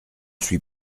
suis